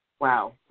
Wow